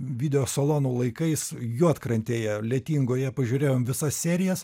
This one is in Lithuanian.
video salonų laikais juodkrantėje lietingoje pažiūrėjom visas serijas